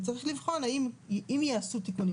וצריך לבחון אם ייעשו תיקונים,